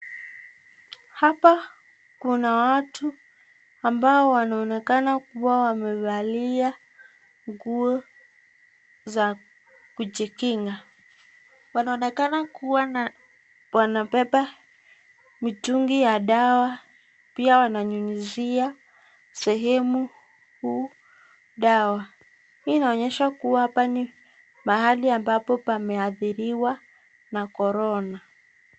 Hapa kuna watu ambao wanaonekana kuwa wamevalia nguo za kujikinga. Wanaonekana kuwa na wanabeba mitungi ya dawa pia wananyunyuzia sehemu huu dawa. Hii inaonyesha kuwa hapa ni mahali ambapo pameathiriwa na korona.